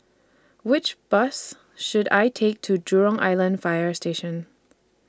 Which Bus should I Take to Jurong Island Fire Station